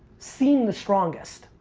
seem the strongest.